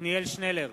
עתניאל שנלר,